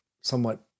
somewhat